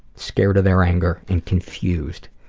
scared of their anger, and confused.